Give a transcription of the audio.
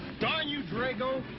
ah you, drago!